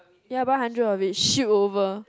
ya buy hundred of each ship over